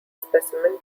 specimen